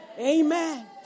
Amen